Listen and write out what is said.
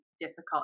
difficult